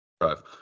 drive